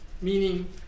Meaning